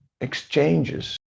exchanges